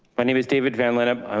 my name is david van lineup. um